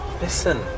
Listen